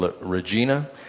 Regina